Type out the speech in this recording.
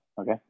okay